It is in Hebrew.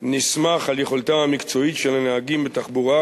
נסמך על יכולתם של המקצועית של הנהגים בתחבורה,